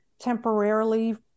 temporarily